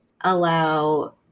allow